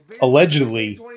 allegedly